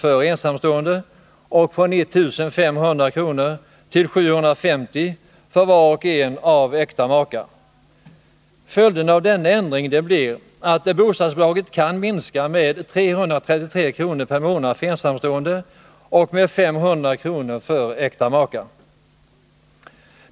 för ensamstående samt från 1500 kr. till 750 kr. för var och en av makar. Följden av denna ändring blir att bostadsbidraget kan minskas med 333 kr. per år för ensamstående och med 500 kr. för äkta makar.